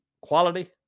quality